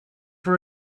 for